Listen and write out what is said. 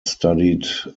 studied